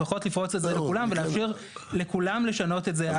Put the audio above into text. לפחות לפרוץ את זה לכולם ולאפשר לכולם לשנות את זה.